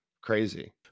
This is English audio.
crazy